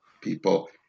people